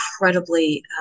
incredibly